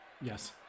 Yes